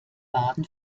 baden